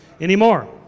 anymore